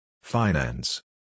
Finance